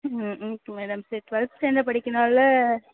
ம் ம் மேடம் சரி டுவெல்த் ஸ்டாண்டர்ட் படிக்கிறனால்